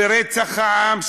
ורצח העם,